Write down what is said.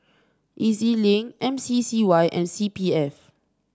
E Z Link M C C Y and C P F